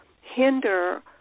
hinder